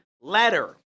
letter